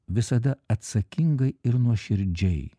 visada atsakingai ir nuoširdžiai